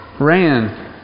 ran